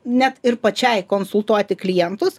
net ir pačiai konsultuoti klientus